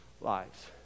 lives